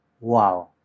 Wow